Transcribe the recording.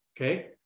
okay